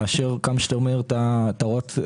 לאשר כמה שיותר מהר ואחר כך,